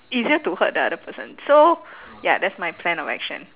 easier to hurt the other person so ya that's my plan of action